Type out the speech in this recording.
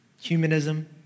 Humanism